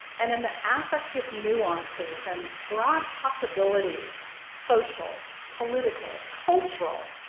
and in the affective nuances and broad possibilities. social, political, cultural,